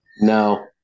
No